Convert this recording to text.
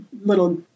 little